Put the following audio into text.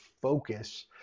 focus